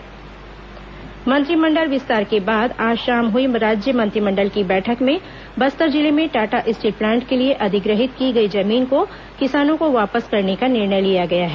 मंत्रिमंडल निर्णय मंत्रिमंडल विस्तार के बाद आज शाम हुई राज्य मंत्रिमंडल की बैठक में बस्तर जिले में टाटा स्टील प्लांट के लिए अधिग्रहित की गई जमीन को किसानों को वापस करने का निर्णय लिया गया है